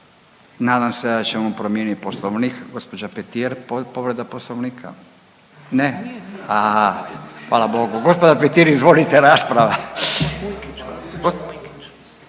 Nadam se da ćemo promijenit Poslovnik. Gospođa Petir povreda Poslovnika. Ne, aha hvala Bogu. Gospođa Petir izvolite rasprava.